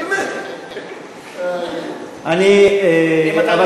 אם אתה,